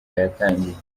yatangiye